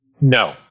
No